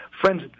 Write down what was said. Friends